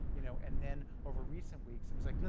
you know and then over recent weeks, it was like,